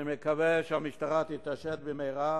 אני מקווה שהמשטרה תתעשת במהרה